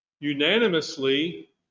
unanimously